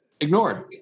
ignored